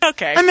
Okay